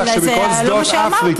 אבל זה לא מה שאמרתי.